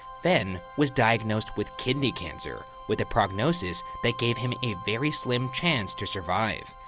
fenn was diagnosed with kidney cancer with a prognosis that gave him a very slim chance to survive.